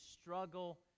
struggle